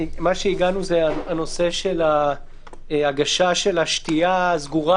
של ההגשה של השתייה הסגורה.